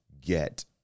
get